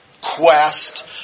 quest